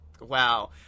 Wow